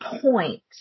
point